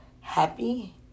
happy